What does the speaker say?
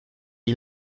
ils